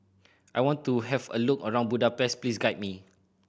I want to have a look around Budapest please guide me